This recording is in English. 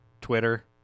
Twitter